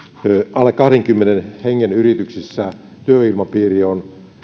alle kahdenkymmenen hengen yrityksissä on